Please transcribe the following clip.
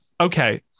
Okay